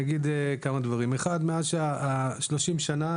מאז 30 שנה,